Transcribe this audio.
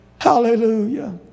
hallelujah